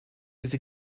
diese